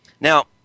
Now